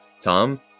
Tom